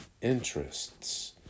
interests